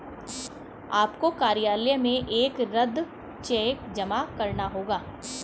आपको कार्यालय में एक रद्द चेक जमा करना होगा